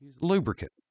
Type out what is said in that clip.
lubricant